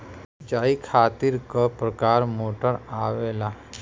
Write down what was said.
सिचाई खातीर क प्रकार मोटर आवेला?